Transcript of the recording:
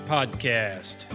Podcast